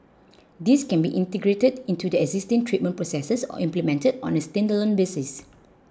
these can be integrated into their existing treatment processes or implemented on a standalone basis